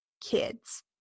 kids